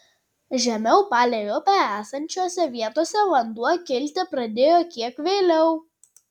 žemiau palei upę esančiose vietose vanduo kilti pradėjo kiek vėliau